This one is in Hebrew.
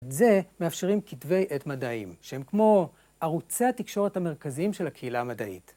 על זה מאפשרים כתבי עת מדעיים, שהם כמו ערוצי התקשורת המרכזיים של הקהילה המדעית.